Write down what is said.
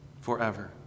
forever